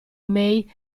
may